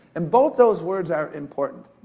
and both those words are important.